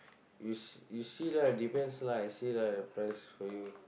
you~ you see lah depends lah see like the price for you